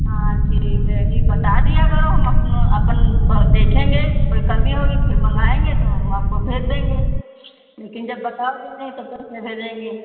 हां ठीक है ही बता दिया करो हम अपनों अपन देखेंगे कोई कमी होगी फिर मंगाएंगे तो हम आपको भेज देंगे लेकिन जब बताओगे नहीं तो कैसे भेजेंगे